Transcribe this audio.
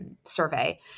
survey